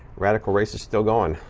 radical racers still going.